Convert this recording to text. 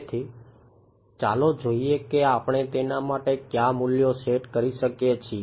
તેથી ચાલો જોઈએ કે આપણે તેના માટે કયા મૂલ્યો સેટ કરી શકીએ છીએ